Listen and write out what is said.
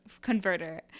converter